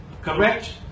correct